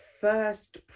first